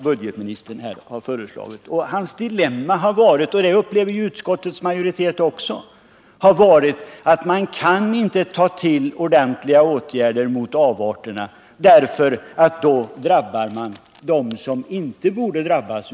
Budgetministerns dilemma har varit — och detta dilemma upplever även skatteutskottets majoritet — att man inte kan ta till ordentliga åtgärder mot avarter, eftersom detta skulle drabba även dem som inte bör drabbas.